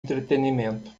entretenimento